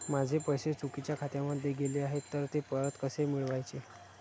माझे पैसे चुकीच्या खात्यामध्ये गेले आहेत तर ते परत कसे मिळवायचे?